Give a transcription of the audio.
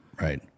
right